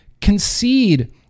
concede